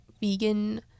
vegan